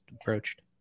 approached